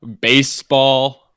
Baseball